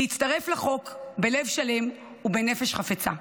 להצטרף לחוק בלב שלם ובנפש חפצה.